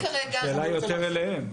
השאלה היא יותר אליהם.